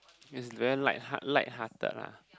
it's very light heart light hearted lah